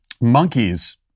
monkeys